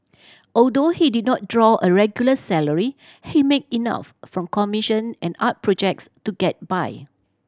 although he did not draw a regular salary he made enough from commission and art projects to get by